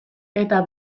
eta